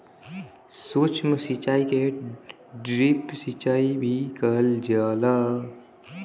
सूक्ष्म सिचाई के ड्रिप सिचाई भी कहल जाला